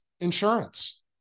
insurance